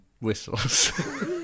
whistles